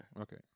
Okay